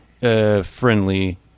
Friendly